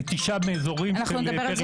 נטישה מאזורי פריפריה.